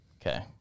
Okay